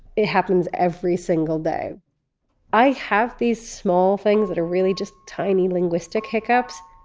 it happens every single day i have these small things that are really just tiny linguistic hiccups.